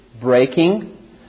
breaking